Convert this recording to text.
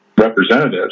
representatives